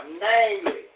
namely